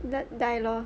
that die lor